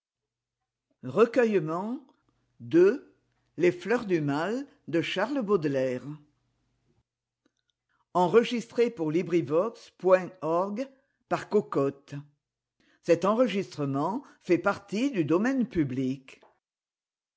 nôtre les fleurs du mal